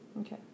Okay